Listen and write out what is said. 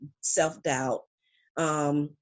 self-doubt